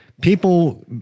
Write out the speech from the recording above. people